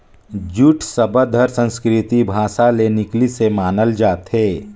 jute सबद हर संस्कृति भासा ले निकलिसे मानल जाथे